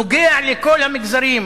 נוגע לכל המגזרים,